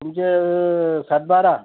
तुमचा सातबारा